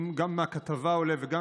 אם גם מהכתבה וגם